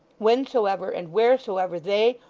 whensoever and wheresoever they,